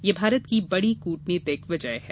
यह भारत की बड़ी कूटनीतिक विजय है